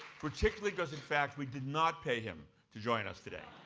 particularly because, in fact, we did not pay him to join us today.